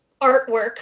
artwork